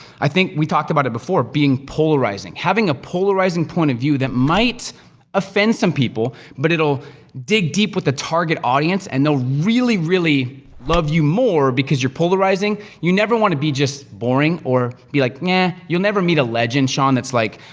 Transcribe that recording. i think, we talked about it before, being polarizing. having a polarizing point of view that might offend some people, but it'll dig deep with the target audience, and they'll really, really love you more because you're polarizing. you never wanna be just boring, or be like, meh. yeah you'll never meet a legend, sean, that's like,